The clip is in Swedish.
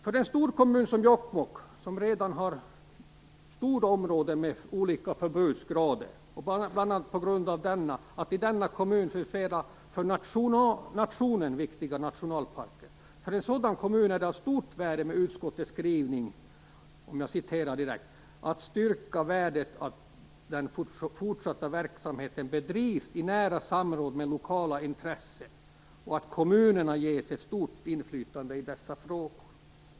För en stor kommun som Jokkmokk, som redan har stora områden med olika förbudsgrader, bl.a. på grund av att i denna kommun finns flera för nationen viktiga nationalparker, är det av stort värde med utskottets skrivning om att "understryka värdet av att den fortsatta verksamheten bedrivs i nära samråd med lokala intressen och att kommunerna ges ett stort inflytande i dessa frågor."